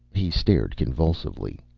he started convulsively.